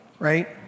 Right